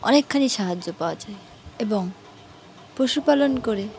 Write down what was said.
অনেকখানি সাহায্য পাওয়া যায় এবং পশুপালন করে